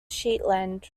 shetland